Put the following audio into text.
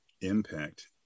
impact